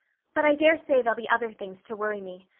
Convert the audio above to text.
but i dare say there'll be other things to worry me.